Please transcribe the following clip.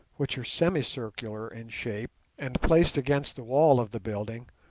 which are semicircular in shape, and placed against the wall of the building,